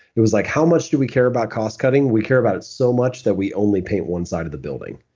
it was like, how much do we care about cost cutting? we care about it so much that we only paint one side of the building.